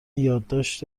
یادداشت